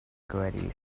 говорили